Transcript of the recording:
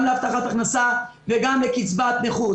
גם להבטחת הכנסה וגם לקצבת נכות.